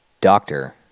Doctor